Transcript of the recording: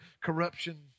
corruption